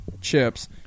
chips